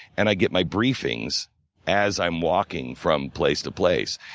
and i get my briefings as i'm walking from place to place.